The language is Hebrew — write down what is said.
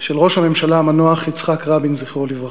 של ראש הממשלה המנוח יצחק רבין, זכרו לברכה,